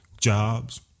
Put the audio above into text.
jobs